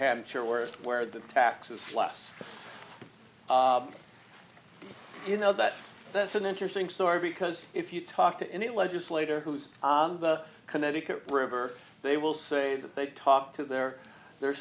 hampshire worth where the taxes less you know that that's an interesting story because if you talk to any legislator who's the connecticut river they will say that they talk to their their